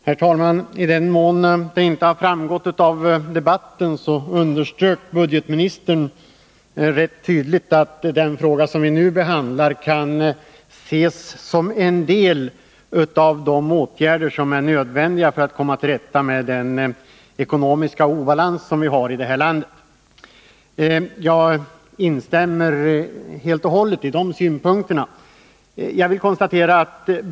Herr talman! Budgetministern underströk ganska tydligt att den fråga vi nu behandlar kan ses som en av de åtgärder som är nödvändiga för att vi skall komma till rätta med den ekonomiska obalans som vi har i detta land. Jag instämmer helt och hållet i de synpunkterna.